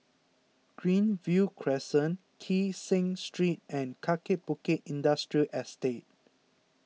Greenview Crescent Kee Seng Street and Kaki Bukit Industrial Estate